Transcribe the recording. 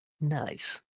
Nice